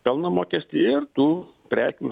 pelno mokestį ir tų prekių